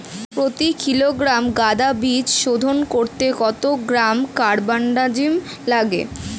প্রতি কিলোগ্রাম গাঁদা বীজ শোধন করতে কত গ্রাম কারবানডাজিম লাগে?